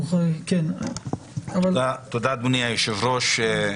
תודה אדוני היושב ראש.